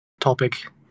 topic